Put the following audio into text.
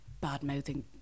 bad-mouthing